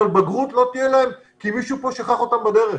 אבל בגרות לא תהיה להם כי מישהו פה שכח אותם בדרך.